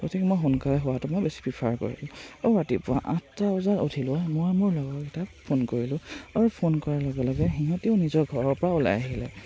গতিকে মই সোনকালে শুৱাটো মই বেছি প্ৰিফাৰ কৰিলোঁ আৰু ৰাতিপুৱা আঠটা বজাত উঠিলোঁ মই মোৰ লগৰকেইটাক ফোন কৰিলোঁ আৰু ফোন কৰাৰ লগে লগে সিহঁতেও নিজৰ ঘৰৰ পৰা ওলাই আহিলে